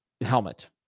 helmet